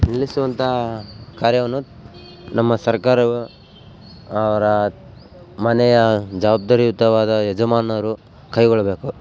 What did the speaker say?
ನಿಲ್ಲಿಸುವಂಥ ಕಾರ್ಯವನ್ನು ನಮ್ಮ ಸರ್ಕಾರವು ಅವರ ಮನೆಯ ಜವಾಬ್ದಾರಿಯುತವಾದ ಯಜಮಾನರು ಕೈಗೊಳ್ಳಬೇಕು